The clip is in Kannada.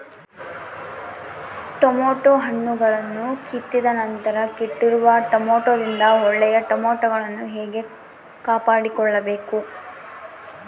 ಟೊಮೆಟೊ ಹಣ್ಣುಗಳನ್ನು ಕಿತ್ತಿದ ನಂತರ ಕೆಟ್ಟಿರುವ ಟೊಮೆಟೊದಿಂದ ಒಳ್ಳೆಯ ಟೊಮೆಟೊಗಳನ್ನು ಹೇಗೆ ಕಾಪಾಡಿಕೊಳ್ಳಬೇಕು?